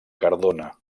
cardona